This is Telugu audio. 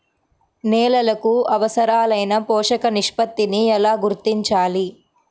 నేలలకు అవసరాలైన పోషక నిష్పత్తిని ఎలా గుర్తించాలి?